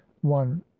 one